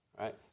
Right